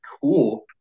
cool –